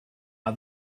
are